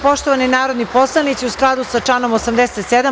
Poštovani narodni poslanici, u skladu sa članom 87.